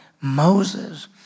Moses